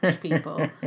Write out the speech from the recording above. people